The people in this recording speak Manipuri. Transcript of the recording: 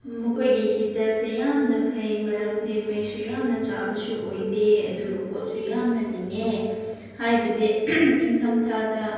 ꯃꯈꯣꯏꯒꯤ ꯍꯤꯇꯔꯁꯦ ꯌꯥꯝꯅ ꯐꯩ ꯃꯔꯝꯗꯤ ꯃꯩꯁꯨ ꯌꯥꯝꯅ ꯆꯥꯕꯁꯨ ꯑꯣꯏꯗꯦ ꯑꯗꯨꯒ ꯄꯣꯠꯁꯨ ꯌꯥꯝꯅ ꯂꯤꯡꯉꯦ ꯍꯥꯏꯕꯗꯤ ꯏꯪꯊꯝ ꯊꯥꯗ